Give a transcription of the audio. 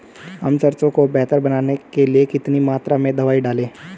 हम सरसों को बेहतर बनाने के लिए कितनी मात्रा में दवाई डालें?